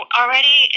already